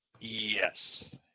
Yes